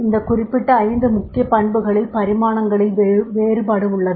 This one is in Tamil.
இந்த குறிப்பிட்ட 5 முக்கிய பண்புகளில் பரிமாணங்களின் வேறுபாடு உள்ளது